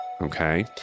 Okay